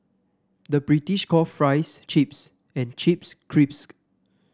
the British calls fries chips and chips crisp